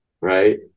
Right